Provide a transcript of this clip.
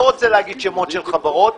לא רוצה להגיד שמות של חברות,